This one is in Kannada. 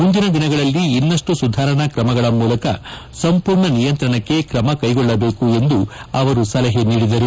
ಮುಂದಿನ ದಿನಗಳಲ್ಲಿ ಇನ್ನಷ್ಟು ಸುಧಾರಣಾ ಕ್ರಮಗಳ ಮೂಲಕ ಸಂಪೂರ್ಣ ನಿಯಂತ್ರಣಕ್ಕೆ ಕ್ರಮ ಕೈಗೊಳ್ಳಬೇಕು ಎಂದು ಸಲಹೆ ನೀಡಿದರು